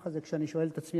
ככה זה כשאני שואל את עצמי,